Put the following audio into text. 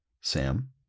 Sam